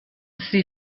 sie